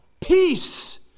peace